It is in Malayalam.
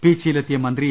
പീച്ചിയിലെത്തിയ മന്ത്രി എ